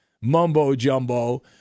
mumbo-jumbo –